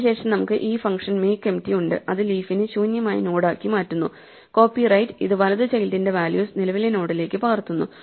അതിനുശേഷം നമുക്ക് ഈ ഫംഗ്ഷൻ makempty ഉണ്ട് അത് ലീഫ് നെ ശൂന്യമായ നോഡ് ആക്കി മാറ്റുന്നു copyright ഇത് വലതു ചൈൽഡിന്റെ വാല്യൂസ് നിലവിലെ നോഡിലേക്ക് പകർത്തുന്നു